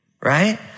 right